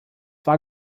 war